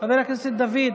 חבר הכנסת דוד.